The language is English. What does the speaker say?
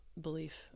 belief